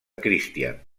christian